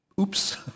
oops